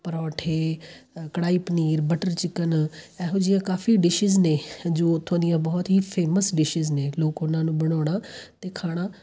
ਪਰੌਂਠੇ kadhai paneer butter chicken ਇਹੋ ਜਿਹੀਆਂ ਕਾਫ਼ੀ ਡਿਸੀਜ਼ ਨੇ ਜੋ ਉੱਥੋਂ ਦੀਆਂ ਬਹੁਤ ਹੀ ਫੇਮਸ ਡਿਸੀਜ਼ ਨੇ ਲੋਕ ਉਹਨਾਂ ਨੂੰ ਬਣਾਉਣਾ ਅਤੇ ਖਾਣਾ